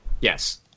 Yes